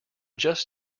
just